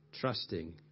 trusting